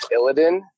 Illidan